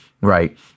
Right